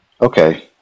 Okay